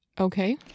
Okay